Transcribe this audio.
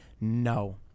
no